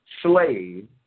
slave